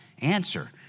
answer